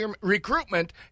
recruitment